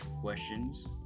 Questions